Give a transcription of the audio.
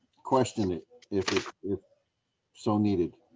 question it if if so needed.